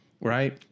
right